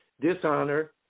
dishonor